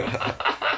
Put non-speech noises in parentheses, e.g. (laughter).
(laughs)